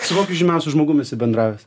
su kokiu žymiausiu žmogum esi bendravęs